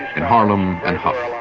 in harlem and hough,